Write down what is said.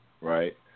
right